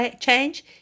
change